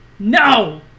No